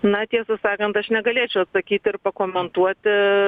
na tiesą sakant aš negalėčiau atsakyt ir pakomentuoti